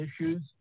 issues